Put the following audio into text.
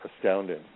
astounding